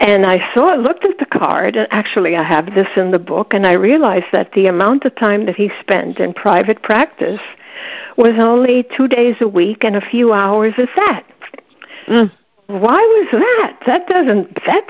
and i saw it looked at the card actually i have this in the book and i realize that the amount of time that he spent in private practice was only two days a week and a few hours if that was so that that doesn't that